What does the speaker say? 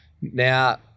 Now